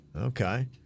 Okay